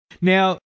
Now